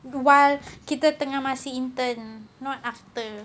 while kita tengah masih intern not after